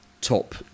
top